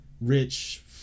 rich